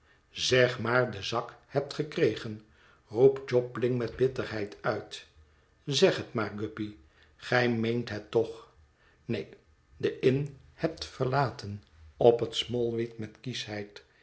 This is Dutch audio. zeg maar den zak hebt gekregen roept jobling met bitterheid uit zeg het maar guppy gij meent het toch neen delnnhebt verlaten oppert smallweed met